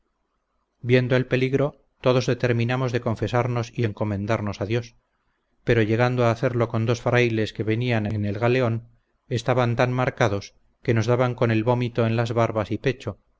viendo el peligro todos determinamos de confesarnos y encomendarnos a dios pero llegando a hacerlo con dos frailes que venían en el galeón estaban tan marcados que nos daban con el vómito en las barbas y pecho